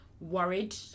worried